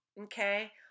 Okay